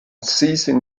seizing